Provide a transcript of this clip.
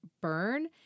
burn